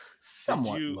somewhat